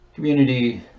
Community